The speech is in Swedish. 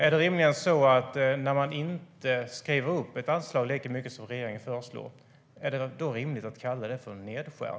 Är det rimligt att kalla det för en nedskärning när man inte skriver upp ett anslag lika mycket som regeringen föreslår?